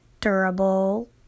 durable